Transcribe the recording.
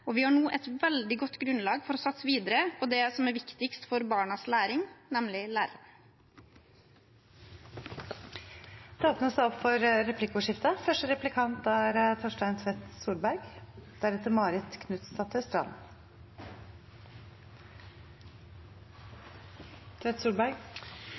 og vi har nå et veldig godt grunnlag for å satse videre på det som er viktigst for barnas læring, nemlig lærerne. Det blir replikkordskifte. Det var interessant å høre statsråden gjøre sine vurderinger av de nye SSB-tallene som er